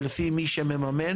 ולפי מי שמממן,